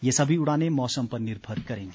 ये सभी उड़ाने मौसम पर निर्भर करेंगी